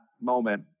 moment